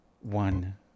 one